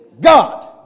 God